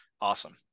Awesome